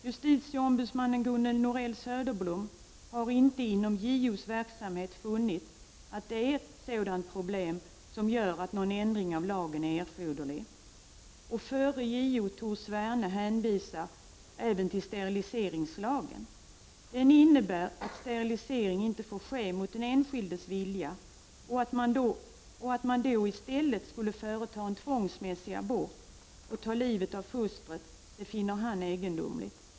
Justitieombudsmannen Gunnel Norell Söderblom har inte inom JO:s verksamhet funnit att detta är ett sådant problem som gör att det är erforderligt med en ändring av lagen. Förre JO, Tor Sverne, hänvisar även till steriliseringslagen. Den innebär att sterilisering inte får ske mot den enskildes vilja. Att man då i stället skulle företa en tvångsmässig abort och ta livet av fostret finner han egendomligt.